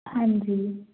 ਹਾਂਜੀ